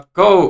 go